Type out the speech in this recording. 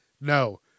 No